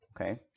Okay